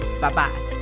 Bye-bye